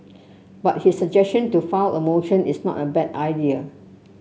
but his suggestion to file a motion is not a bad idea